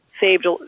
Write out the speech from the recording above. Saved